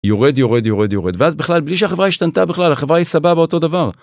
יורד יורד יורד יורד ואז בכלל בלי שהחברה השתנתה בכלל החברה היא סבבה אותו דבר.